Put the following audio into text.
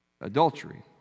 adultery